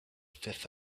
fifth